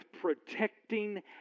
protecting